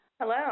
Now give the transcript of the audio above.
Hello